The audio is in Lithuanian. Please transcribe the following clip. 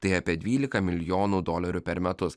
tai apie dvylika milijonų dolerių per metus